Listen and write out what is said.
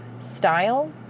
style